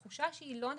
תחושה שהיא לא נכונה,